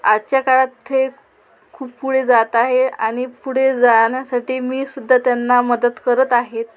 आजच्या काळात ते खूप पुढे जात आहे आणि पुढे जाण्यासाठी मी सुद्धा त्यांना मदत करत आहे